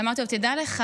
ואמרתי לו, תדע לך